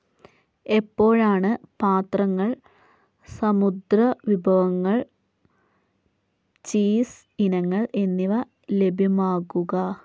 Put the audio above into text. എപ്പോഴാണ് പാത്രങ്ങൾ സമുദ്ര വിഭവങ്ങൾ ചീസ് ഇനങ്ങൾ എന്നിവ ലഭ്യമാകുക